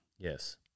Yes